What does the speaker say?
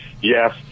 Yes